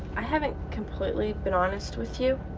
i haven't completely been honest with you.